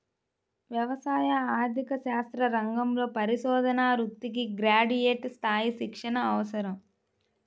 వ్యవసాయ ఆర్థిక శాస్త్ర రంగంలో పరిశోధనా వృత్తికి గ్రాడ్యుయేట్ స్థాయి శిక్షణ అవసరం